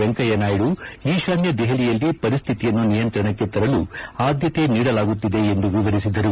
ವೆಂಕಯ್ಯನಾಯ್ಲು ಈಶಾನ್ಯ ದೆಹಲಿಯಲ್ಲಿ ಪರಿಸ್ಥಿತಿಯನ್ನು ನಿಯಂತ್ರಣಕ್ಕೆ ತರಲು ಆಧ್ಯತೆ ನೀಡಲಾಗುತ್ತಿದೆ ಎಂದು ವಿವರಿಸಿದರು